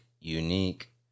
unique